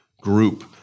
group